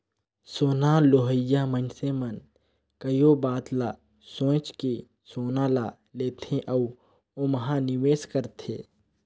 सोना लेहोइया मइनसे मन कइयो बात ल सोंएच के सोना ल लेथे अउ ओम्हां निवेस करथे